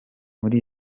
muri